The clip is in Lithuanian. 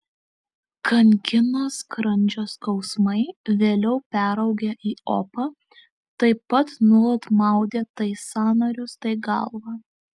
kankino skrandžio skausmai vėliau peraugę į opą taip pat nuolat maudė tai sąnarius tai galvą